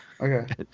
Okay